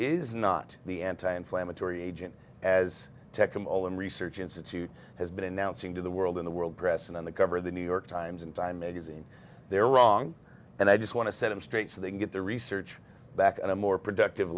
is not the anti inflammatory agent as tech i'm all in research institute has been announcing to the world in the world press and on the cover of the new york times in time magazine they're wrong and i just want to set them straight so they can get their research back at a more productive